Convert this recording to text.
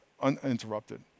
uninterrupted